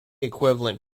equivalent